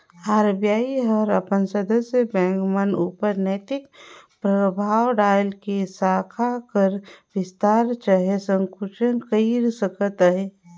RBI हर अपन सदस्य बेंक मन उपर नैतिक परभाव डाएल के साखा कर बिस्तार चहे संकुचन कइर सकत अहे